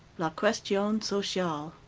la questione sociale.